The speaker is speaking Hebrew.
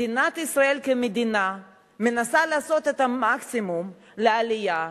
מדינת ישראל כמדינה מנסה לעשות את המקסימום לעלייה,